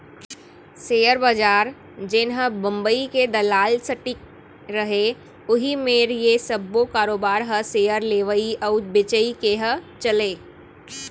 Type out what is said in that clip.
share बजार जेनहा बंबई के दलाल स्टीक रहय उही मेर ये सब्बो कारोबार ह सेयर लेवई अउ बेचई के ह चलय